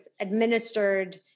administered